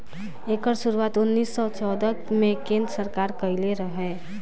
एकर शुरुआत उन्नीस सौ चौदह मे केन्द्र सरकार कइले रहे